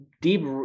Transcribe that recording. deep